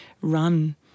run